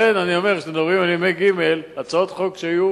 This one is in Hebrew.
לכן אני אומר, כשמדברים על ימי ג' הצעות חוק שהיו